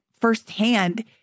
firsthand